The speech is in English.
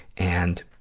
and